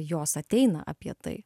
jos ateina apie tai